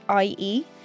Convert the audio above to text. ie